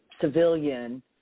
civilian